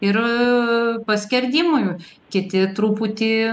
ir paskerdimui kiti truputį